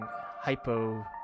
hypo